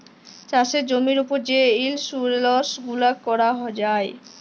চাষের জমির উপর যে ইলসুরেলস গুলা ক্যরা যায়